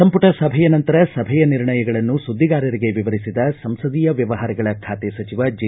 ಸಂಪುಟ ಸಭೆಯ ನಂತರ ಸಭೆಯ ನಿರ್ಣಯಗಳನ್ನು ಸುದ್ದಿಗಾರರಿಗೆ ವಿವರಿಸಿದ ಸಂಸದೀಯ ವ್ವವಹಾರಗಳ ಬಾತೆ ಸಚಿವ ಜೆ